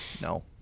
No